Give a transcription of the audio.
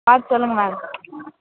பார்த்து சொல்லுங்கள் மேம்